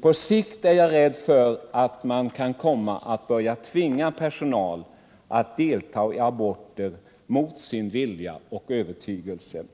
På sikt är jag rädd för att man kan börja tvinga personal att delta i aborter mot personalens vilja och övertygelse.